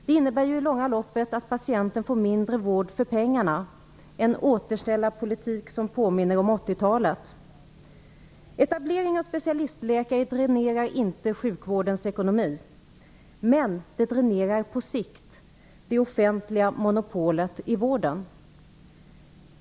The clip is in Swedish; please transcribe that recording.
Det innebär i det långa loppet att patienten får mindre vård för pengarna - en återställarpolitik som påminner om Etableringen av specialistläkare dränerar inte sjukvårdens ekonomi, men den dränerar på sikt det offentliga monopolet i vården.